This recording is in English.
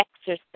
exercise